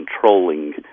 controlling